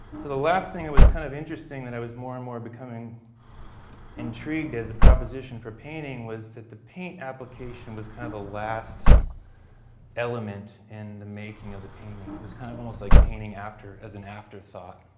so the last thing, it was kind of interesting that i was more and more becoming intrigued as a proposition for painting was that the paint application was kind of the last element in the making of the painting. it was kind of almost like painting as an afterthought.